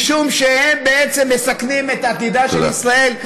משום שהם בעצם מסכנים את עתידה של ישראל,